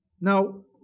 Now